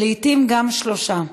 ולעתים גם שלושה.